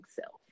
self